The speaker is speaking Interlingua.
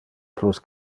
plus